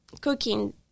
cooking